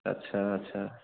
अच्छा अच्छा